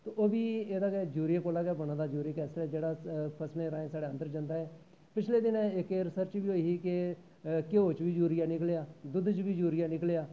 ते ओह् बी एह्दे कोला दा यूरिये कोला दा गै बने दा यूरिक ऐसड़ फसलें दा साढ़े अन्दर जंदा पिछले दिनें इक रिसर्च होई ही के घ्यो च बी यूरिया निकलेआ दुध्द च बी यूरिया निकलेआ